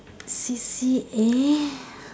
C_C_A